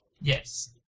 Yes